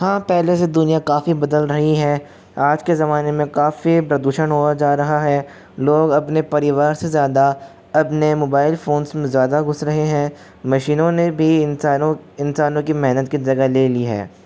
हाँ पहले से दुनिया काफ़ी बदल रही है आज के ज़माने में काफ़ी प्रदूषण हुआ जा रहा है लोग अपने परिवार से ज़्यादा अपने मोबाइल फोन में ज़्यादा घुस रहे हैं मशीनों ने भी इंसानों इंसानों की मेहनत की जगह ले ली है